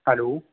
hello